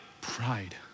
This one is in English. Pride